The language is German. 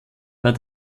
war